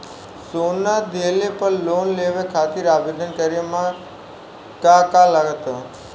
सोना दिहले पर लोन लेवे खातिर आवेदन करे म का का लगा तऽ?